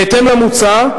בהתאם למוצע,